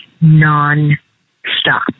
non-stop